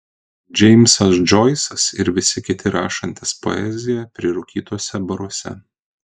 džeimsas džoisas ir visi kiti rašantys poeziją prirūkytuose baruose